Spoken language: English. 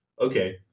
Okay